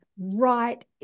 right